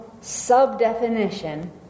sub-definition